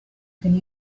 can